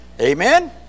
Amen